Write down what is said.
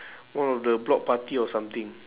one of the block party or something